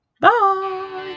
Bye